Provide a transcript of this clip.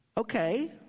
okay